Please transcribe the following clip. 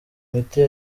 imiti